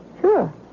Sure